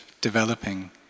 developing